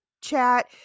chat